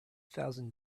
thousand